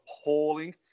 appalling